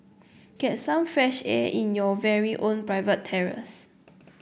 get some fresh air in your very own private terrace